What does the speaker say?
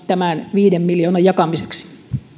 tämän viiden miljoonan jakamiseksi